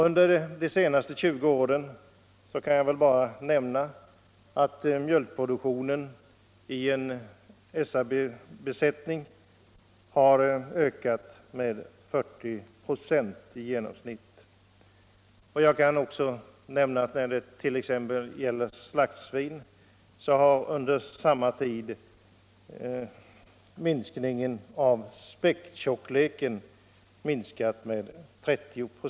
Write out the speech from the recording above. Jag kan nämna att under de senaste 20 åren mjölkproduktionen i en SRB-besättning har ökat med 40 96 i genomsnitt. När det t.ex. gäller slaktsvin har under samma tid späcktjockleken minskat med 30 K6.